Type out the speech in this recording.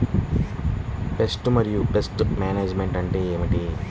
Pest మరియు pest management అంటే ఏమిటి?